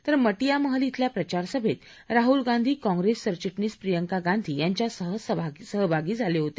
तर मार्गिया महल इथल्या प्रचारसभेत राहुल गांधी काँग्रेस सरचि शीस प्रियंका गांधी यांच्यासह सहभागी झाले होते